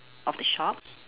of the shop